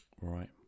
Right